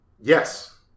Yes